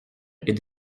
est